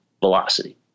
velocity